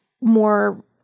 more